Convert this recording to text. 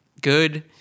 good